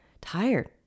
tired